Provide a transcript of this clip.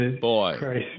Boy